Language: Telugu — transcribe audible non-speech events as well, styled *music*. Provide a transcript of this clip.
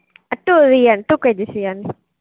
*unintelligible* ఎంతో కొంత అడ్జస్ట్ చెయ్యండి